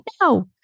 no